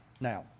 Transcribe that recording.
now